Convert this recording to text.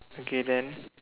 okay then